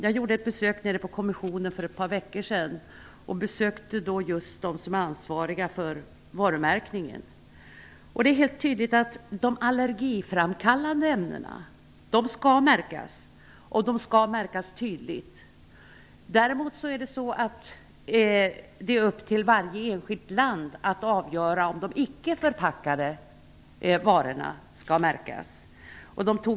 Jag besökte kommissionen för ett par veckor sedan, och då besökte jag just dem som är ansvariga för varumärkningen. Det är helt klart att de allergiframkallande ämnena skall märkas. Och det skall de göras tydligt. Däremot är det varje enskilt lands sak att avgöra om de icke-förpackade varorna skall märkas.